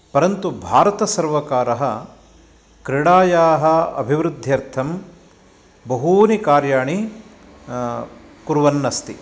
परन्तु भारतसर्वकारः क्रीडायाः अभिवृद्ध्यर्थं बहूनि कार्याणि कुर्वन्नस्ति